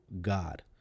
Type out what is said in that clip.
God